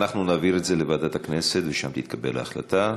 אנחנו נעביר את זה לוועדת הכנסת ושם תתקבל ההחלטה.